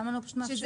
למה לא פשוט מאפשרים?